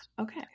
Okay